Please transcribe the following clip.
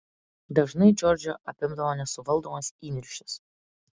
dažnai džordžą apimdavo nesuvaldomas įniršis